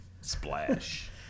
Splash